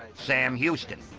sam houston,